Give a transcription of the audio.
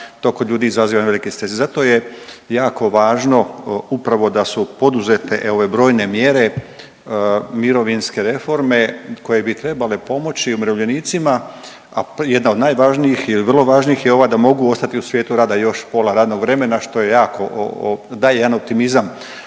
to kod ljudi izaziva velike stresove. Zato je jako važno upravo da su poduzete ove brojne mjere mirovinske reforme koje bi trebale pomoći umirovljenicima, a jedna od najvažnijih je i vrlo važnijih je ova da mogu ostati u svijetu rada još pola radnog vremena što je jako, daje jedan optimizam.